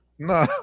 No